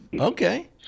Okay